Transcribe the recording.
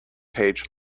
page